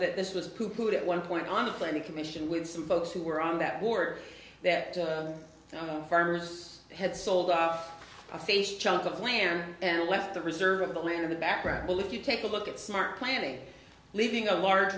that this was good at one point on the plan the commission with some folks who were on that board that farmers had sold off a face chunk of land and left the reserve of the land in the background believe you take a look at smart planning leaving a large